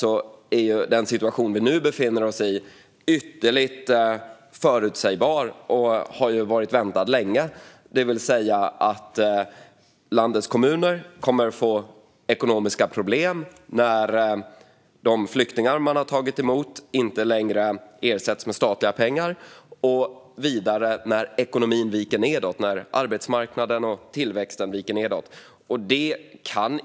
Men den situation vi nu befinner oss i är ytterligt förutsägbar och har varit väntad länge. Landets kommuner kommer att få ekonomiska problem när de flyktingar de har tagit emot inte längre ersätts med statliga pengar och vidare när ekonomin viker nedåt - när arbetsmarknaden och tillväxten viker nedåt.